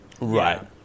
Right